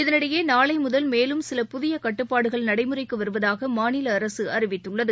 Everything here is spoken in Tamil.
இதனிடையே நாளைமுதல் மேலும் சில புதிய கட்டுப்பாடுகள் நடைமுறைக்கு வருவதாக மாநில அரசு அறிவித்துள்ளது